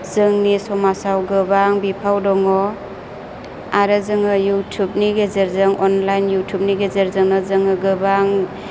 जोंनि समाजाव गोबां बिफाव दङ आरो जोङाे इउथुबनि गेजेरजों अनलाइन इउथुबनि गेजेरजोंनो जोङाे गोबां